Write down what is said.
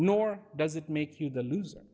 nor does it make you the loser